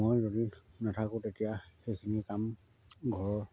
মই যদি নাথাকোঁ তেতিয়া সেইখিনি কাম ঘৰৰ